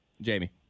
Jamie